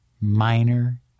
minor